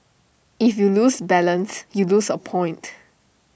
if you lose balance you lose A point